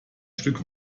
stück